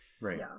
Right